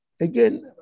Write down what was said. Again